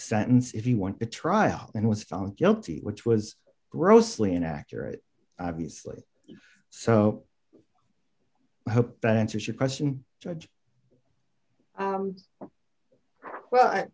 sentence if you want to trial and was found guilty which was grossly inaccurate obviously so i hope that answers your question to quell